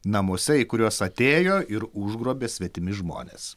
namuose kurios į atėjo ir užgrobė svetimi žmonės